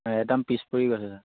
একদম পিছ পৰি গৈছে